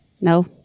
No